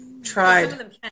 tried